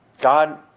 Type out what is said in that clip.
God